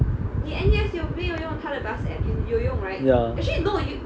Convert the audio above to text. ya